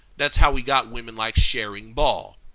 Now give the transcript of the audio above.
that's how we got women like charing ball.